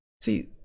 see